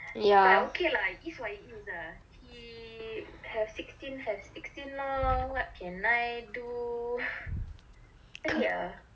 ya